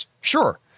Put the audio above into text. Sure